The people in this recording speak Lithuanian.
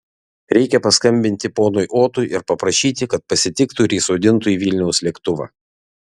reikia paskambinti ponui otui ir paprašyti kad pasitiktų ir įsodintų į vilniaus lėktuvą